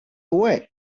were